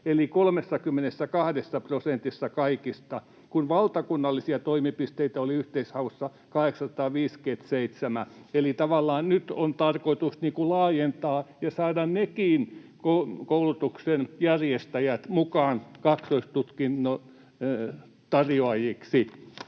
eli 32 prosentissa kaikista, kun valtakunnallisia toimipisteitä oli yhteishaussa 857. Eli tavallaan nyt on tarkoitus laajentaa ja saada nekin koulutuksen järjestäjät mukaan kaksoistutkinnon tarjoajiksi.